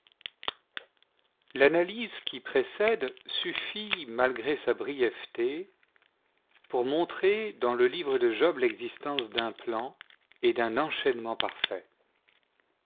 l'analyse qui précède suffit malgré sa brièveté pour montrer dans le livre de job l'existence d'un plan et d'un enchaînement parfaits